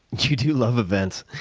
you do love events.